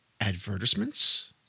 advertisements